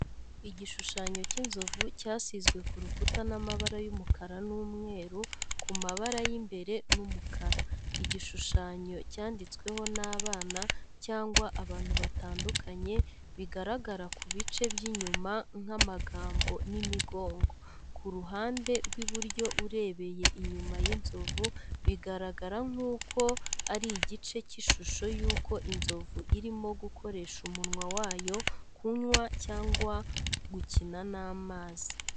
Igishushanyo cy’inzovu cyasizwe ku rukuta n’amabara y’umukara n’umweru ku mabara y’imbere n’umukara. Igishushanyo cyanditsweho n'abana cyangwa abantu batandukanye, bigaragara ku bice by’inyuma nk’amagambo n’imigongo. Ku ruhande rw’iburyo urebeye inyuma y’inzovu bigaragara nk’uko ari igice cy’ishusho y’uko inzovu irimo gukoresha umunwa wayo kunywa cyangwa gukina n’amazi.